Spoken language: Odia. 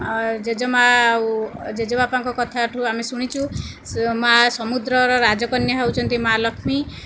ଜେଜେ ମା ଆଉ ଜେଜେ ବାପାଙ୍କ କଥା ଠୁ ଶୁଣିଛୁ ମା ସମୁଦ୍ରର ରାଜକନ୍ୟା ହେଉଛନ୍ତି ମା ଲଷ୍ମୀ